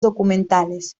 documentales